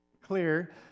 clear